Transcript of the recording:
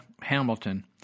Hamilton